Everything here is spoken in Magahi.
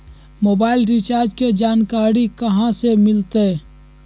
मोबाइल रिचार्ज के जानकारी कहा से मिलतै?